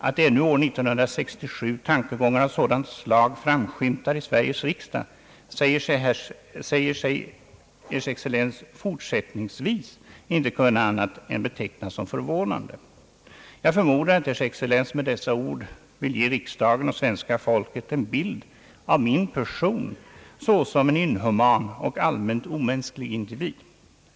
Att ännu år 1967 tankegångar av sådant slag framskymtar i Sveriges riksdag säger sig Ers excellens fortsättningsvis inte kunna annat än beteckna som förvånande. Jag förmodar att Ers excellens med dessa ord vill ge riksdagen och svenska folket en bild av min person såsom en inhuman och allmänt omänsklig individ.